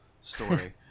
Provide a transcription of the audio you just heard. story